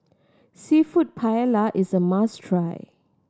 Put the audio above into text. Seafood Paella is a must try